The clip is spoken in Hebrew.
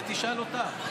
את זה תשאל אותה.